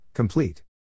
Complete